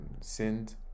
sinned